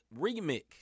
remix